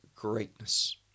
greatness